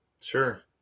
sure